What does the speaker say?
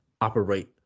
operate